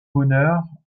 honneurs